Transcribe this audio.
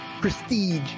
Prestige